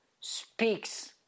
speaks